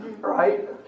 Right